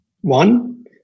One